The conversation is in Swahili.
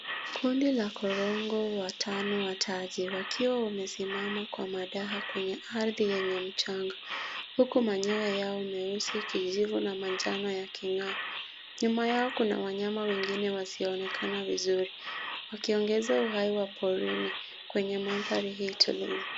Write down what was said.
Kundi la korongo watano wa taji wakiwa wamesimama kwa madaha kwenye ardhi yenye mchanga, huku manyoya yao meusi, kijivu na manjano yaking'aa. Nyuma yao kuna wanyama wengine wasioonekana vizuri, wakiongeza uhai wa porini kwenye mandhari hii tulivu.